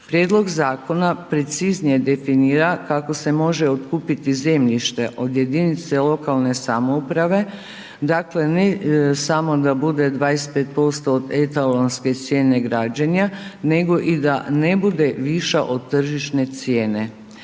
Prijedlog zakona preciznije definira kako se može otkupiti zemljište od jedinice lokalne samouprave dakle ne samo da bude 25% od etalonske cijene građenja nego i da ne bude viša od tržišne cijene.